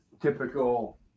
typical